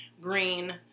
green